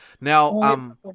Now